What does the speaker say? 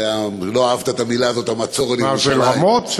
לא אהבת את המילים "המצור על ירושלים" ברמות?